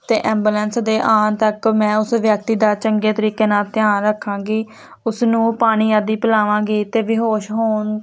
ਅਤੇ ਐਬੂਲੈਂਸ ਦੇ ਆਉਣ ਤੱਕ ਮੈਂ ਉਸ ਵਿਅਕਤੀ ਦਾ ਚੰਗੇ ਤਰੀਕੇ ਨਾਲ ਧਿਆਨ ਰੱਖਾਂਗੀ ਉਸਨੂੰ ਪਾਣੀ ਆਦਿ ਪਿਲਾਵਾਂਗੀ ਅਤੇ ਬੇਹੋਸ਼ ਹੋਣ